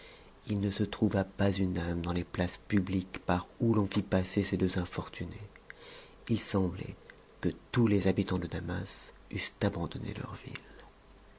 il ne se trouva pas une âme dans les places publiques par où l'on fit passer ces deux infortunées h semblait que tous les habitants de damas eussent abandonné leur ville